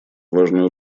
важную